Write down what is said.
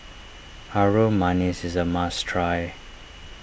Harum Manis is a must try